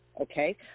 Okay